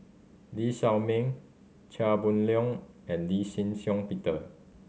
Lee Shao Meng Chia Boon Leong and Lee Shih Shiong Peter